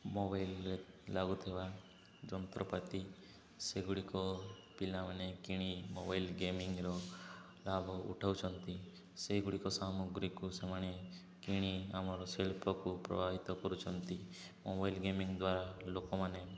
ମୋବାଇଲରେ ଲାଗୁଥିବା ଯନ୍ତ୍ରପାତି ସେଗୁଡ଼ିକ ପିଲାମାନେ କିଣି ମୋବାଇଲ ଗେମିଙ୍ଗର ଲାଭ ଉଠାଉଛନ୍ତି ସେହିଗୁଡ଼ିକ ସାମଗ୍ରୀକୁ ସେମାନେ କିଣି ଆମର ଶିଳ୍ପକୁ ପ୍ରବାହିିତ କରୁଛନ୍ତି ମୋବାଇଲ ଗେମିଙ୍ଗ ଦ୍ୱାରା ଲୋକମାନେ